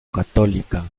católica